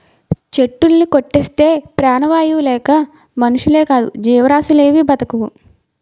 చెట్టులుని కొట్టేస్తే ప్రాణవాయువు లేక మనుషులేకాదు జీవరాసులేవీ బ్రతకవు